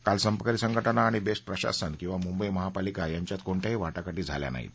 काल संपकरी संघटना आणि बेस्ट प्रशासन किंवा मुंबई महानगरपालिका यांच्यात कोणत्याही वाटाघाटी झाल्या नाहीत